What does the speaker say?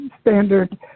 standard